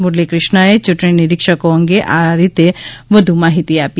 મુરલી ક્રિષ્નાએ ચૂંટણી નિરીક્ષકો અંગે આ રીતે વધુ માહિતી આપી